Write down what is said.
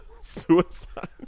suicide